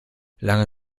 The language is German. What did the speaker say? lange